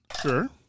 Sure